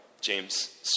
James